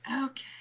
Okay